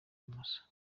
imoso